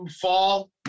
fall